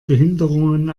behinderungen